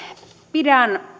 pidän